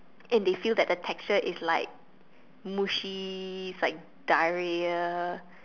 and they feel that the texture is like mushy is like diarrhea